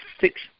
six